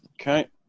Okay